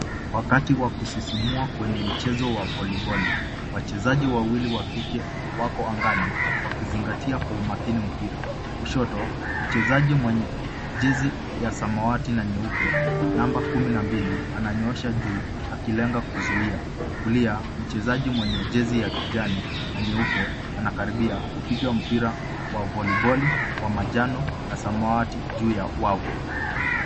Wakati wa kusisimua kwenye mchezo wa voliboli. Wachezaji wawili wako angani wakizingatia kwa umakini mpira kushoto mchezaji mwenye jezi ya samawati na nyeupe namba kumi na mbili, ananyosha juu akilenga kuzuia. Kulia mchezaji mwenye jezi ya kijani na nyeupe anakaribia kupiga mpira wa voliboli na samawati juu ya wavu.